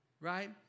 right